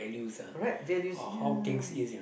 right values ya